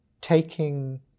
taking